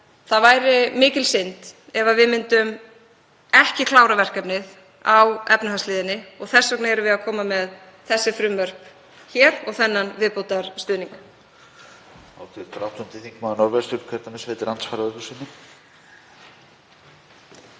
það væri mikil synd ef við kláruðum ekki verkefnið á efnahagshliðinni og þess vegna erum við að koma með þessi frumvörp hér og þennan viðbótarstuðning.